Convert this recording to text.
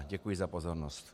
Děkuji za pozornost.